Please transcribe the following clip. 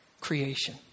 creation